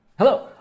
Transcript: Hello